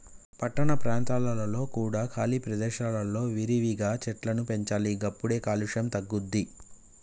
పట్టణ ప్రాంతాలలో కూడా ఖాళీ ప్రదేశాలలో విరివిగా చెట్లను పెంచాలి గప్పుడే కాలుష్యం తగ్గుద్ది